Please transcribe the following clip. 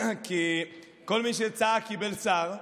כי כל מי שצעק קיבל להיות שר.